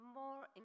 more